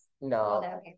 No